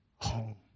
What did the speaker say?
Home